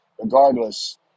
regardless